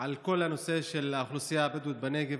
על כל הנושא של האוכלוסייה הבדואית בנגב.